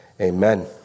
amen